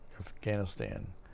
Afghanistan